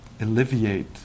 alleviate